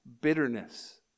bitterness